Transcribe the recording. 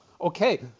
Okay